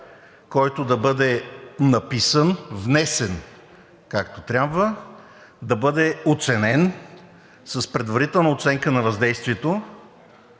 който да бъде написан, внесен, както трябва. Да бъде оценен с предварителна оценка на въздействието,